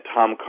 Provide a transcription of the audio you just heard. Tom